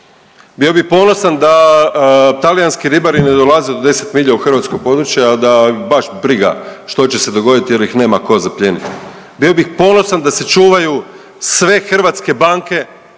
Bio bi ponosan da talijanski ribari ne dolaze do 10 milja u hrvatsko područje, a da ih baš briga što će se dogoditi jer ih nema tko zaplijeniti, bio bih ponosan da se čuvaju sve hrvatske banke